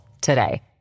today